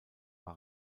war